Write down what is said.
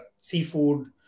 seafood